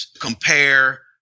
compare